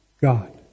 God